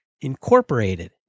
incorporated